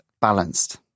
balanced